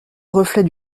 reflet